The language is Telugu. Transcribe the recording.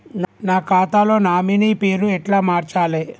నా ఖాతా లో నామినీ పేరు ఎట్ల మార్చాలే?